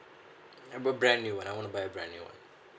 a brand new one I want to buy a brand new one